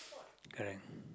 correct